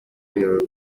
bridge